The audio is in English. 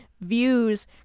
Views